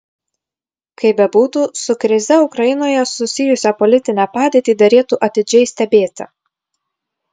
kaip bebūtų su krize ukrainoje susijusią politinę padėtį derėtų atidžiai stebėti